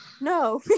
No